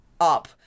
up